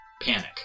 panic